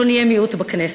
לא נהיה מיעוט בכנסת.